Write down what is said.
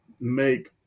make